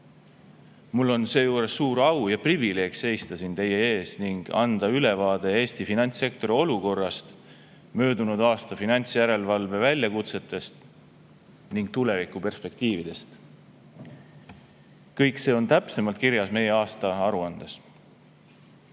Mul on seejuures suur au ja privileeg seista siin teie ees ning anda ülevaade Eesti finantssektori olukorrast, möödunud aasta finantsjärelevalve väljakutsetest ning tulevikuperspektiividest. Kõik see on täpsemalt kirjas meie aastaaruandes. Enne